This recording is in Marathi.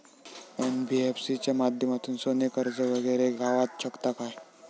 एन.बी.एफ.सी च्या माध्यमातून सोने कर्ज वगैरे गावात शकता काय?